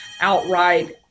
outright